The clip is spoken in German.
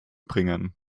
bringen